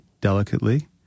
delicately